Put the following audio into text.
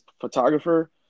photographer